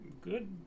good